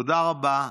תודה רבה.